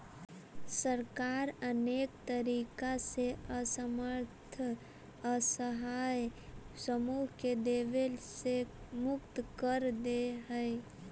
सरकार अनेक तरीका से असमर्थ असहाय समूह के देवे से मुक्त कर देऽ हई